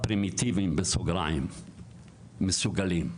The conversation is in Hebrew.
(הפרימיטיביים) מסוגלים.